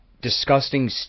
disgusting